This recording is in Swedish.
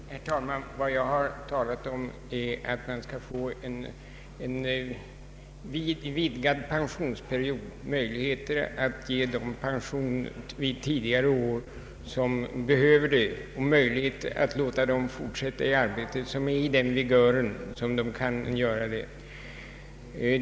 Herr talman! Vad jag har talat om är att man bör få en vidgad pensionsperiod, d. v. s. möjlighet att ge dem pension vid tidigare år som behöver det och låta dem fortsätta arbeta som är vid sådan vigör att de kan göra det.